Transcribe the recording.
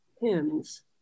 hymns